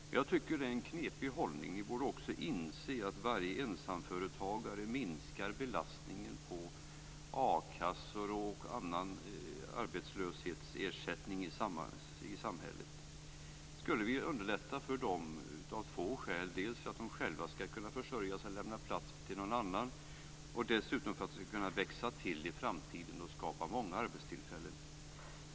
Men jag tycker att det är en knepig hållning. Ni borde också inse att varje ensamföretagare minskar belastningen på a-kassor och annan arbetslöshetsersättning i samhället. Vi skulle kunna underlätta för dem av två skäl: dels för att de själva skall kunna försörja sig och lämna plats till någon annan, dels för att de skall kunna växa till i framtiden och skapa många arbetstillfällen.